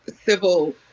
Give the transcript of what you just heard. Civil